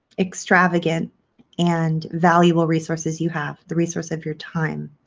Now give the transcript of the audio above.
extravagant and valuable resources you have the resource of your time.